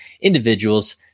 individuals